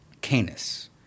canis